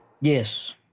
Yes